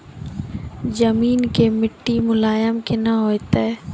जमीन के मिट्टी मुलायम केना होतै?